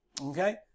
Okay